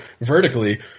vertically